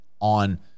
on